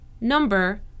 number